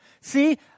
See